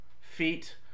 feet